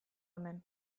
hemen